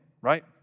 right